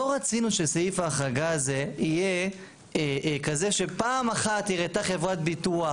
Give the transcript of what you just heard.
לא רצינו שסעיף ההחרגה הזה יהיה כזה שפעם אחת הראתה חברת ביטוח,